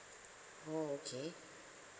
okay